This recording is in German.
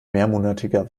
mehrmonatiger